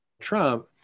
Trump